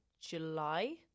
July